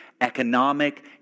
economic